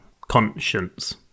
conscience